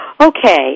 Okay